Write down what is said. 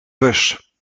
bus